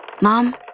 Mom